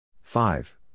five